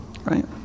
Right